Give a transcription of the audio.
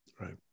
Right